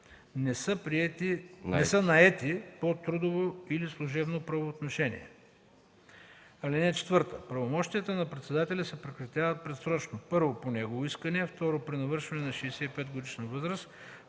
не са наети по трудово или служебно правоотношение. (4) Правомощията на председателя се прекратяват предсрочно: 1. по негово искане; 2. при навършване на 65-годишна възраст;